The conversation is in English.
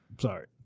sorry